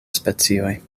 specioj